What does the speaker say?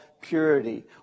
purity